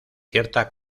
cierta